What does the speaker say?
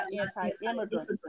anti-immigrant